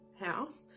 house